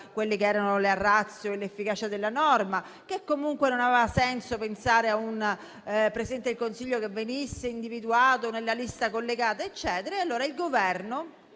che non garantiva la *ratio* e l'efficacia della norma, che comunque non aveva senso pensare a un Presidente del Consiglio che venisse individuato nella lista collegata. Allora il Governo,